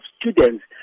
students